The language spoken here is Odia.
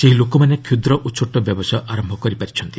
ସେହି ଲୋକମାନେ କ୍ଷୁଦ୍ର ଓ ଛୋଟ ବ୍ୟବସାୟ ଆରମ୍ଭ କରିପାରୁଛନ୍ତି